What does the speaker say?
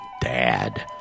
dad